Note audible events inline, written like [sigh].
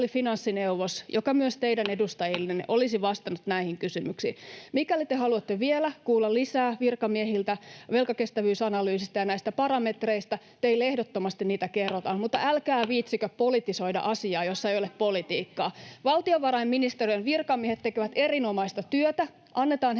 finanssineuvos, joka myös teidän edustajillenne [noise] olisi vastannut näihin kysymyksiin. Mikäli te haluatte vielä kuulla lisää virkamiehiltä velkakestävyysanalyysistä ja näistä parametreistä, teille ehdottomasti niitä kerrotaan, [noise] mutta älkää viitsikö politisoida asiaa, jossa ei ole politiikkaa. [Jenna Simula: Kutsukaa ryhmäkokouksiin!] Valtiovarainministeriön virkamiehet tekevät erinomaista työtä. Annetaan